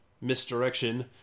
misdirection